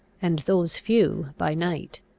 and those few by night.